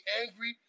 angry